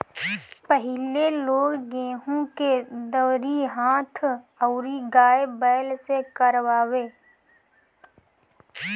पहिले लोग गेंहू के दवरी हाथ अउरी गाय बैल से करवावे